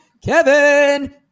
Kevin